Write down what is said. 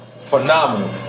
Phenomenal